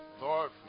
Lord